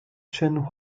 chen